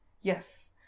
Yes